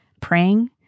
praying